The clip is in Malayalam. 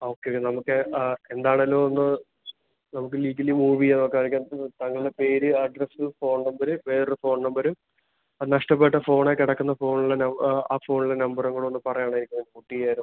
ഓക്കെ നമുക്ക് ആ എന്താണേലുമൊന്ന് നമുക്ക് ലീഗലീ മൂവ് ചെയ്യാൻ നോക്കാം എനിക്ക് അതിന് താങ്കളുടെ പേര് അഡ്രസ്സ് ഫോൺ നമ്പര് വേറെ ഒരു ഫോൺ നമ്പര് അത് നഷ്ടപ്പെട്ട ഫോൺ കിടക്കുന്ന ഫോണിലെ ആ ആ ഫോണിലെ നമ്പറും കൂടെ ഒന്ന് പറയണേ എനിക്ക് അത് നോട്ട് ചെയ്യാമായിരുന്നു